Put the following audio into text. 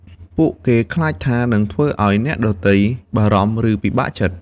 ពួកគេខ្លាចថានឹងធ្វើឱ្យអ្នកដទៃបារម្ភ ឬពិបាកចិត្ត។